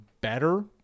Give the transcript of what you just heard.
better